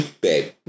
Babe